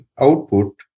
output